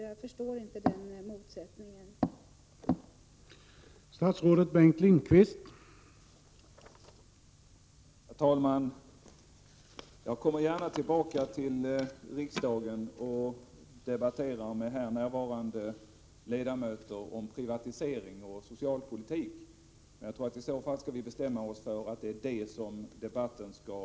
Jag förstår inte motsättningen på denna punkt.